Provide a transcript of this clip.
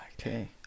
Okay